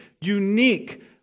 unique